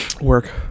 Work